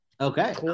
Okay